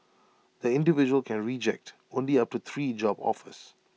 the individual can reject only up to three job offers